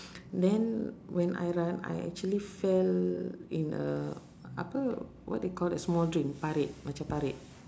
then when I run I actually fell in a apa what they call it small drain parit macam parit